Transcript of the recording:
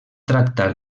tractar